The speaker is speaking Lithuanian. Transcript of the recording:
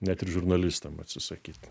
net ir žurnalistam atsisakyt